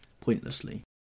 pointlessly